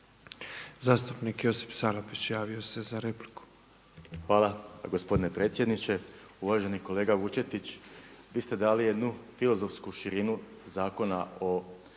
Zastupnik Josip Salapić javio se za repliku. **Salapić, Josip (HDSSB)** Hvala gospodine predsjedniče. Uvaženi kolega Vučetić. Vi ste dali jednu filozofsku širinu Zakona o